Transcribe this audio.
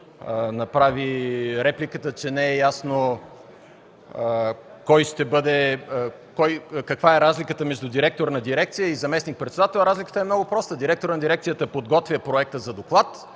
направи реплика, че не е ясно каква е разликата между директор на дирекция и заместник-председател. Разликата е много проста – директорът на дирекцията подготвя проекта за доклад,